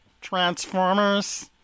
Transformers